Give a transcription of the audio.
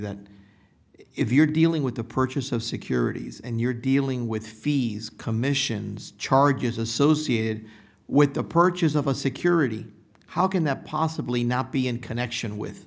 that if you're dealing with the purchase of securities and you're dealing with fees commissions charges associated with the purchase of a security how can that possibly not be in connection with